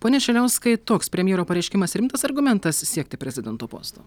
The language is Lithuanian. pone šiliauskai toks premjero pareiškimas rimtas argumentas siekti prezidento posto